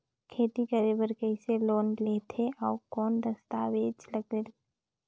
खेती करे बर कइसे लोन लेथे और कौन दस्तावेज लगेल?